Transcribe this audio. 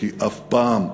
כי אף פעם,